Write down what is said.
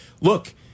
Look